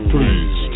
Please